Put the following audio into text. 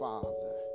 Father